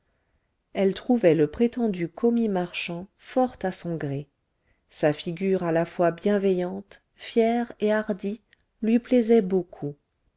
elle trouvait le prétendu commis marchand fort à son gré sa figure à la fois bienveillante fière et hardie lui plaisait beaucoup